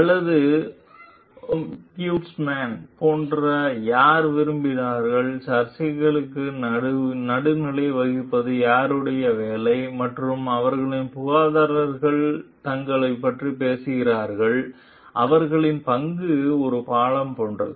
அல்லது ஒம்பியூட்ஸ்மேன் போன்ற யார் விரும்புகிறார்கள் சர்ச்சைகளுக்கு நடுநிலை வகிப்பது யாருடைய வேலை மற்றும் அவர்களின் புகார்தாரர்கள் தங்கள் பற்றி பேசுகிறார்கள் அவர்களின் பங்கு ஒரு பாலம் போன்றது